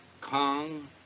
Kong